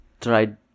tried